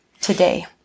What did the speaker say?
Today